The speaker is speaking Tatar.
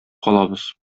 калабыз